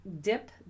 dip